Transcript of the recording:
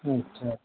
اچھا